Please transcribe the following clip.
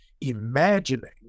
imagining